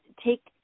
take